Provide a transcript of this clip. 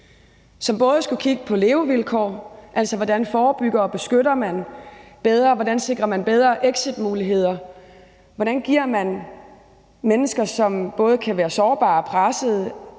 Den skulle kigge på levevilkår, altså hvordan man forebygger og beskytter bedre, hvordan man sikrer bedre exitmuligheder, og hvordan man giver mennesker, som både kan være sårbare og pressede,